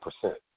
percent